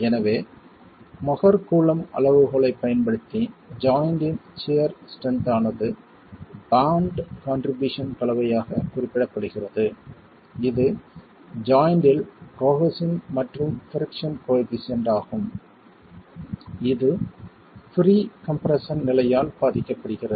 எனவே Mohr Coulomb அளவுகோலைப் பயன்படுத்தி ஜாய்ண்ட்டின் சியர் ஸ்ட்ரென்த் ஆனது பாண்ட் கான்ட்ரிபியூஷன் கலவையாகக் குறிப்பிடப்படுகிறது இது ஜாய்ண்ட்டில் கோஹெஸின் மற்றும் பிரிக்ஷன் கோயெபிசியன்ட் ஆகும் இது ப்ரீ கம்ப்ரெஸ்ஸன் நிலையால் பாதிக்கப்படுகிறது